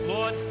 Lord